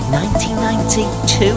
1992